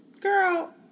girl